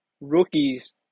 rookies